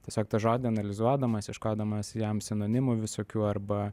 tiesiog tą žodį analizuodamas ieškodamas jam sinonimų visokių arba